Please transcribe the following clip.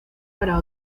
para